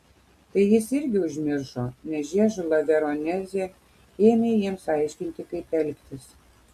tai jis irgi užmiršo nes žiežula veronezė ėmė jiems aiškinti kaip elgtis